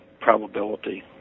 probability